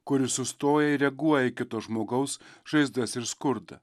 kuris sustoja ir reaguoja į kito žmogaus žaizdas ir skurdą